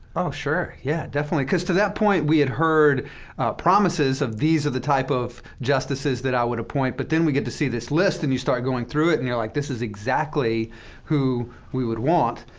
oh, sure. yeah, definitely, because to that point, we had heard promises of these are the type of justices that i would appoint. but then we get to see this list, and you start going through it, and you're like, this is exactly who we would want.